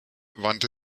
wandte